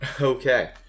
Okay